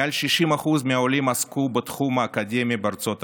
מעל 60% מהעולים עסקו בתחום אקדמי בארצות המוצא,